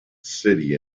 city